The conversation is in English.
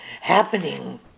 Happening